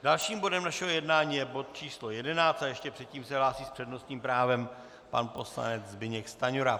Dalším bodem našeho jednání je bod číslo 11 a ještě předtím se hlásí s přednostním právem pan poslanec Zbyněk Stanjura.